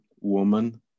woman